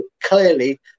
Clearly